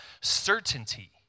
certainty